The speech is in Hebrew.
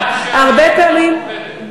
במאה-שערים את לא פוחדת.